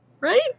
Right